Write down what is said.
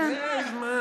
איזה זמן,